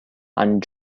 and